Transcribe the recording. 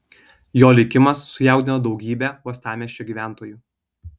jo likimas sujaudino daugybę uostamiesčio gyventojų